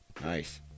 nice